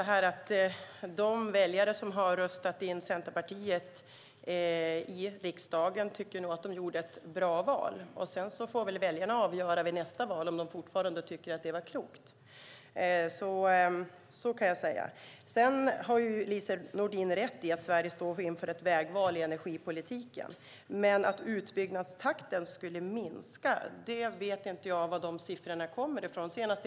Herr talman! De väljare som har röstat in Centerpartiet i riksdagen tycker nog att de gjorde ett bra val. Vid nästa val får väljarna avgöra om de fortfarande tycker att det var klokt. Lise Nordin har rätt i att Sverige står inför ett vägval i energipolitiken. Men jag vet inte varifrån de siffror kommer som säger att utbyggnadstakten minskar.